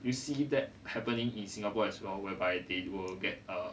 do you see that happening in singapore as well whereby they will get err